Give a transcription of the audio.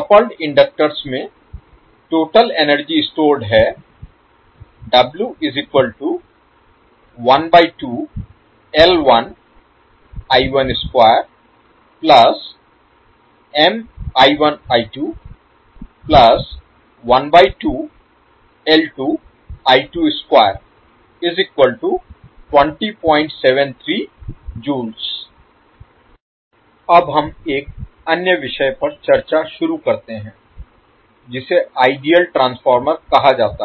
coupled inductors में total energy stored है अब हम एक अन्य विषय पर चर्चा शुरू करते हैं जिसे आइडियल ट्रांसफार्मर कहा जाता है